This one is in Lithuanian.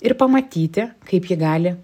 ir pamatyti kaip ji gali